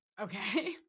Okay